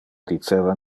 diceva